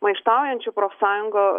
maištaujančių profsąjungų